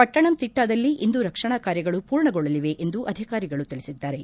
ಪಟ್ಟಣಂತಿಟ್ಟಾದಲ್ಲಿ ಇಂದು ರಕ್ಷಣಾ ಕಾರ್ಯಗಳು ಪೂರ್ಣಗೊಳ್ಳಲಿವೆ ಎಂದು ಅಧಿಕಾರಿಗಳು ತಿಳಿಸಿದ್ದಾರೆ